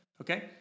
okay